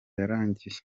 yarangiye